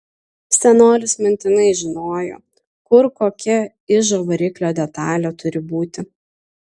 senolis mintinai žinojo kur kokia ižo variklio detalė turi būti